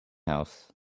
house